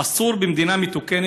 אסור שיקרה דבר כזה במדינה מתוקנת.